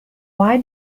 why